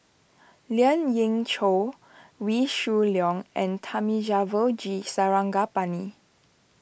Lien Ying Chow Wee Shoo Leong and Thamizhavel G Sarangapani